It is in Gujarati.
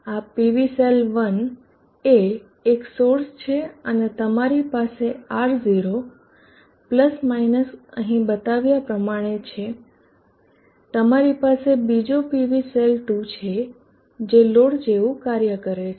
આ PV સેલ 1 એ એક સોર્સ છે અને તમારી પાસે R0 અહીં બતાવ્યા પ્રમાણે છે તમારી પાસે બીજો PV સેલ 2 છે જે લોડ જેવું કાર્ય કરે છે